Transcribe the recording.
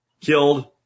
Killed